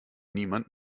niemand